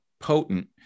potent